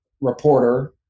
reporter